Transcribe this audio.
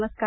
नमस्कार